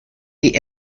die